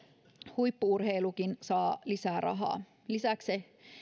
huippu urheilukin saa lisää rahaa lisäksi